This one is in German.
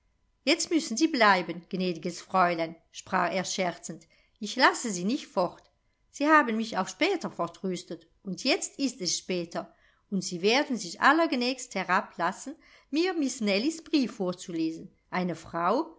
jetzt müssen sie bleiben gnädiges fräulein sprach er scherzend ich lasse sie nicht fort sie haben mich auf später vertröstet und jetzt ist es später und sie werden sich allergnädigst herablassen mir miß nellies brief vorzulesen eine frau